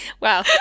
Wow